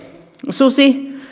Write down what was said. susi